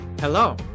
Hello